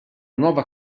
nuova